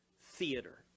theater